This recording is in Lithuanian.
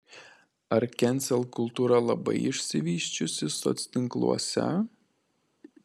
ar kensel kultūra labai išsivysčiusi soctinkluose